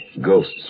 ghosts